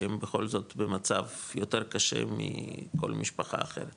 שהם בכל זאת במצב יותר קשה מכל משפחה אחרת